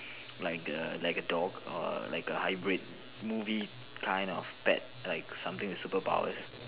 like a like a dog or a like a hybrid movie kind of pet like something with superpowers